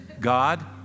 God